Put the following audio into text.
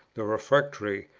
the refectory,